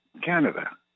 Canada